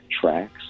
tracks